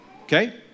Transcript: Okay